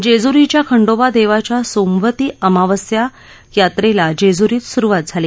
जेजुरीच्या खंडोबा देवाच्या सोमवती अमावस्या यात्रेला जेजुरीत सुरवात झाली